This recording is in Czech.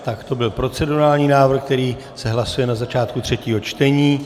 To byl procedurální návrh, který se hlasuje na začátku třetího čtení.